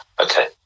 Okay